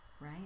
Right